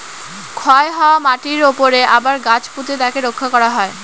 ক্ষয় হওয়া মাটিরর উপরে আবার গাছ পুঁতে তাকে রক্ষা করা হয়